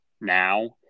now